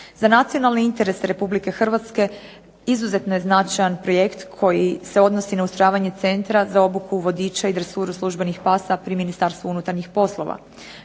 Za nacionalni interes Republike Hrvatske izuzetno je značajan projekt koji se odnosi na ustrojavanje centra za obuku vodiča i dresuru službenih pasa pri Ministarstvu unutarnjih poslova.